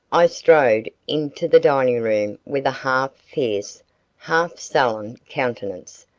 i strode into the dining-room with a half-fierce, half-sullen countenance,